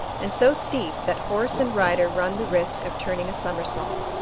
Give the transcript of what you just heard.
and so steep that horse and rider run the risk of turning a somersault.